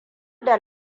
da